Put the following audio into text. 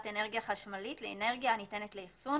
אנרגיה חשמלית לאנרגיה הניתנת לאחסון,